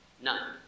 None